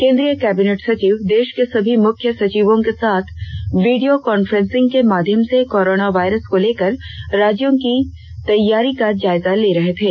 केंद्रीय कैबिनेट सचिव देश के सभी मुख्य सचिवों के साथ वीडियो कांफ्रेंसिंग के माध्यम से कोरोना वायरस को लेकर राज्यों की तैयारी का जायजा ले रहे थे